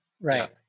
Right